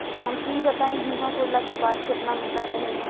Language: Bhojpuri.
हमके ई बताईं बीमा पुरला के बाद केतना रकम मिली?